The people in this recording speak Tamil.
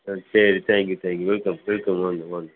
ஆ சரி thank you thank you welcome welcome வாங்க வாங்க